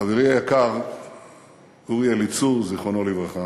חברי היקר אורי אליצור, זיכרונו לברכה,